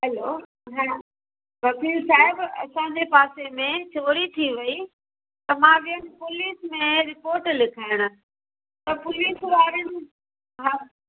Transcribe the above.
hello हा वकील साहिब असांजे पासे में चोरी थी वयी त वयसि पुलिस में रिपोर्ट लिखाइण त पुलिस वारनि हा